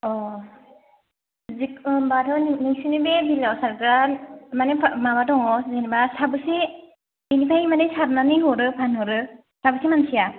जेखुनु होनबाथ' नोंसोरनि बे बिलोयाव सारग्रा माने मा माबा दङ जेनबा साबेसे बेनिफ्राय माने सारनानै हरो फानहरो साबेसे मानसिया